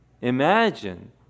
imagine